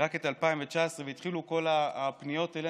רק את 2019 והתחילו כל הפניות אלינו,